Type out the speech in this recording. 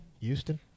Houston